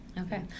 Okay